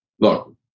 look